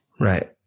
right